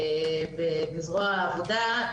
ולזרוע העבודה,